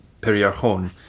Periarchon